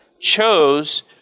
chose